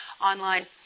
online